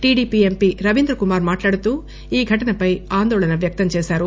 TDP MP Ravindrakumar మాట్లాడుతూ ఈ ఘటనపై ఆందోళన వ్యక్తంచేశారు